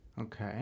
Okay